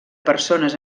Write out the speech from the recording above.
persones